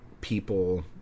people